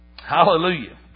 Hallelujah